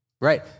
Right